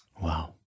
Wow